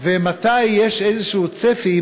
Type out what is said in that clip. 2. מתי יש איזשהו צפי,